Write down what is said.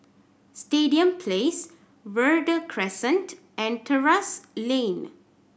Stadium Place Verde Crescent and Terrasse Lane